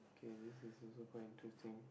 K this is also quite interesting